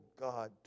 God